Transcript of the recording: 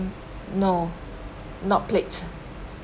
um no not played